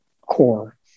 core